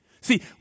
See